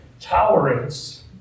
tolerance